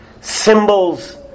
symbols